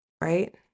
right